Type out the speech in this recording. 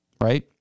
right